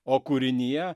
o kūrinyje